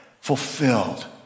fulfilled